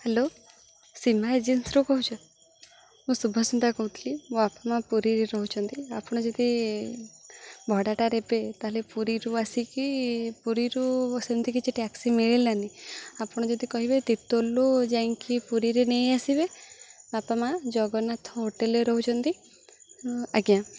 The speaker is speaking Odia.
ହ୍ୟାଲୋ ସୀମା ଏଜେନ୍ସିରୁ କହୁଛ ମୁଁ ଶୁଭସ୍ମିତା କହୁଥିଲି ମୋ ବାପା ମାଆ ପୁରୀରେ ରହୁଛନ୍ତି ଆପଣ ଯଦି ଭଡ଼ା'ଟା ନେବେ ତାହେଲେ ପୁରୀରୁ ଆସିକି ପୁରୀରୁ ସେମିତି କିଛି ଟ୍ୟାକ୍ସି ମିଳିଲା ନି ଆପଣ ଯଦି କହିବେ ତିର୍ତ୍ତୋଲ୍ରୁ ଯାଇକି ପୁରୀରେ ନେଇଆସିବେ ବାପା ମାଆ ଜଗନ୍ନାଥ ହୋଟେଲ୍ରେ ରହୁଛନ୍ତି ଆଜ୍ଞା